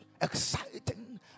exciting